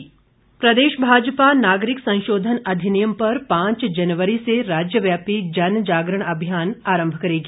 जनजागरण प्रदेश भाजपा नागरिक संशोधन अधिनियम पर पांच जनवरी से राज्य व्यापी जनजागरण अभियान आरंभ करेगी